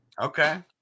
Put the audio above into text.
Okay